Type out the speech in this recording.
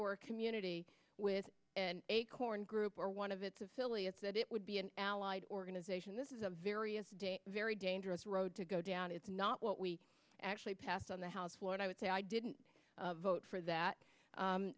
or community with an acorn group or one of its affiliates that it would be an allied organization this is a various day a very dangerous road to go down it's not what we actually passed on the house floor and i would say i didn't vote for that